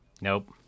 Nope